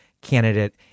candidate